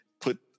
put